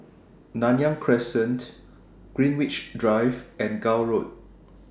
Nanyang Crescent Greenwich Drive and Gul Road